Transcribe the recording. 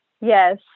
Yes